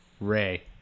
Ray